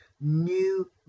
new